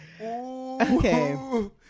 Okay